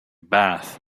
bath